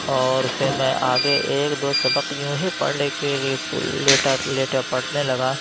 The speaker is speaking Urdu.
اور پھر میں آگے ایک دو سبق یوں ہی پڑھنے کے لیے لیٹا لیٹا پڑھنے لگا